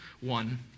one